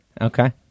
Okay